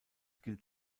gilt